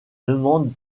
demandes